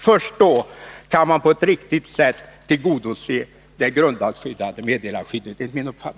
Först då kan man enligt min uppfattning på ett riktigt sätt tillgodose det grundlagsskyddade meddelarskyddet.